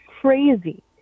crazy